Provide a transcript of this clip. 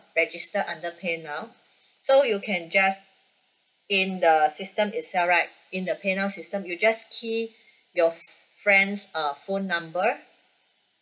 register under pay now so you can just in the system itself right in the pay now system you just key your friend's err phone number